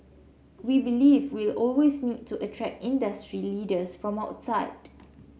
we believe we'll always need to attract industry leaders from outside